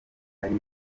ari